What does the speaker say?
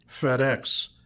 FedEx